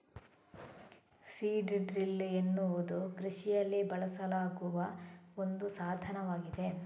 seed drill ಎನ್ನುವುದು ಕೃಷಿಯಲ್ಲಿ ಬಳಸಲಾಗುವ ಒಂದು ಸಾಧನವಾಗಿದೆ